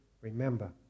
Remember